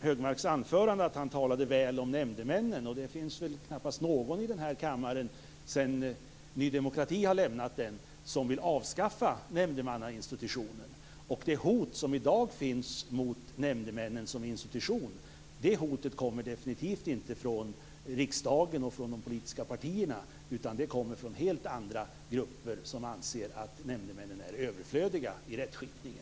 Högmarks anförande att han talade väl om nämndemännen. Det finns väl knappast någon i den här kammare, sedan Ny demokrati har lämnat den, som vill avskaffa nämndemannainstitutionen. Det hot som i dag finns mot nämndemännen som institution kommer definitivt inte från riksdagen och de politiska partierna utan från helt andra grupper som anser att nämndemännen är överflödiga i rättsskipningen.